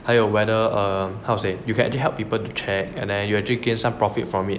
还有 whether err how to say you can actually help people to check and you are actually gain some profit from it